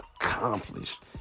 accomplished